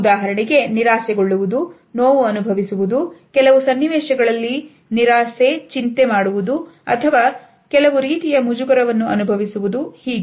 ಉದಾಹರಣೆಗೆ ನಿರಾಶೆ ಗೊಳ್ಳುವುದು ನೋವು ಅನುಭವಿಸುವುದು ಕೆಲವು ಸನ್ನಿವೇಶಗಳಲ್ಲಿ ನಿರಾಶೆ ಗೊಳ್ಳುವುದು ಚಿಂತೆ ಮಾಡುವುದು ಅಥವಾ ಕೆಲವು ರೀತಿಯ ಮುಜುಗರವನ್ನು ಅನುಭವಿಸುವುದು ಹೀಗೆ